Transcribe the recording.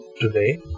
today